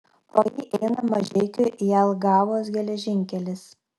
pro jį eina mažeikių jelgavos geležinkelis